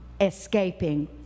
escaping